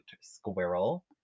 squirrel